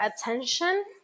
attention